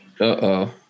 Uh-oh